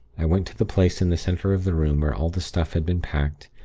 i went to the place in the center of the room where all the stuff had been packed,